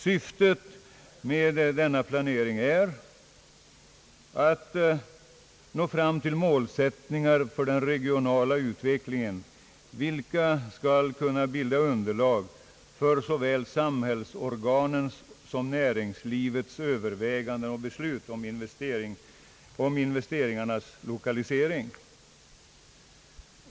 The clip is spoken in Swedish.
Syftet med denna planering är att nå fram till målsättningar för den regionala utvecklingen, vilka skall kunna bilda underlag för såväl samhällsorganens som =: näringslivets överväganden om beslut om investeringarnas lokalisering.